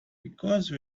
because